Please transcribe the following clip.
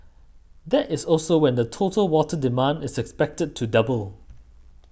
that is also when the total water demand is expected to double